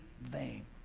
vain